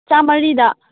ꯆꯃꯔꯤꯗ